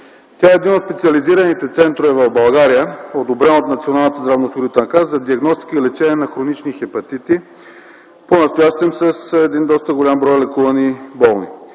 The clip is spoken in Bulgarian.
Тя е един от специализираните центрове в България, одобрен от Националната здравноосигурителна каса за диагностика и лечение на хронични хепатити, понастоящем с доста голям брой лекувани болни.